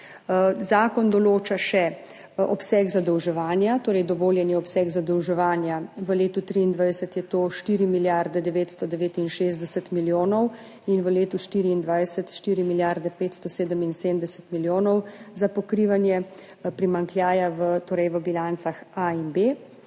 Zakon določa še dovoljeni obseg zadolževanja. V letu 2023 je to 4 milijarde 969 milijonov in v letu 2024 4 milijarde 577 milijonov za pokrivanje primanjkljaja v bilancah A in B.